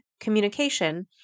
communication